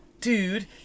Dude